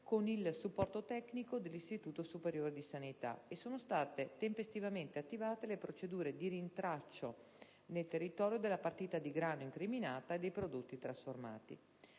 con il supporto tecnico dell'Istituto superiore di sanità; sono state tempestivamente attivate le procedure di rintraccio nel territorio della partita di grano incriminata e dei prodotti trasformati.